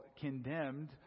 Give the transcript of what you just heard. condemned